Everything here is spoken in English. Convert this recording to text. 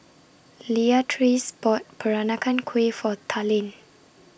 Leatrice bought Peranakan Kueh For Talen